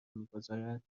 میگذارد